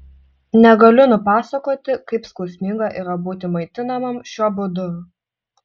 negaliu nupasakoti kaip skausminga yra būti maitinamam šiuo būdu